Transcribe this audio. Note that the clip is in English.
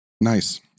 Nice